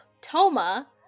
Toma